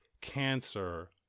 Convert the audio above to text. cancer